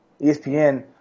ESPN